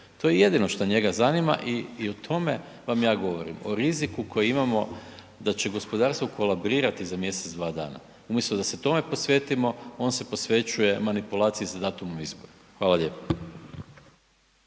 To je jedino šta njega zanima i, i o tome vam ja govorim. O riziku koji imamo da će gospodarstvo kolabrirati za mjesec, dva dana. Umjesto da se tome posvetimo, on se posvećuje manipulaciji sa datumom izbora. Hvala lijepo.